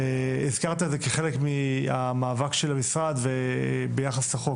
והזכרת את זה כחלק מהמאבק של המשרד ביחס לחוק.